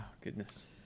goodness